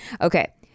Okay